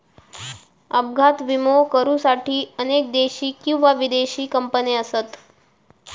अपघात विमो करुसाठी अनेक देशी किंवा विदेशी कंपने असत